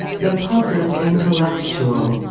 the public intellectual,